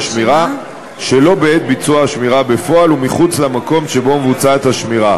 שמירה שלא בעת ביצוע השמירה בפועל ומחוץ למקום שבו מבוצעת השמירה,